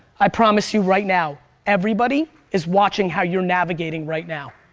i promise you right now, everybody is watching how you're navigating right now.